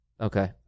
Okay